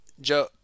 Joe